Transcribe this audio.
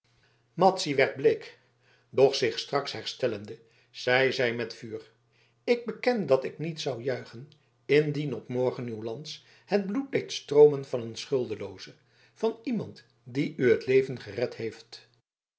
madzy werd bleek doch zich straks herstellende zeide zij met vuur ik beken dat ik niet zou juichen indien op morgen uw lans het bloed deed stroomen van een schuldelooze van iemand die u het leven gered heeft